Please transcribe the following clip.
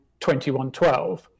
2112